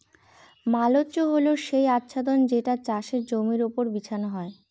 mulch হল সেই আচ্ছাদন যেটা চাষের জমির ওপর বিছানো হয়